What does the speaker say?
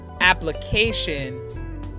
application